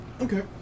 Okay